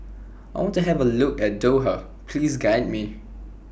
I want to Have A Look At Doha Please Guide Me